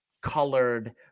colored